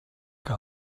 que